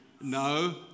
no